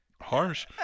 harsh